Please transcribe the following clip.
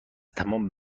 تمام